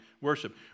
worship